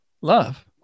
Love